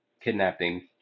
kidnapping